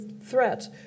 threat